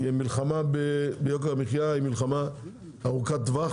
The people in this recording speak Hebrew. מלחמה ביוקר המחיה היא מלחמה ארוכת טווח